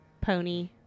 pony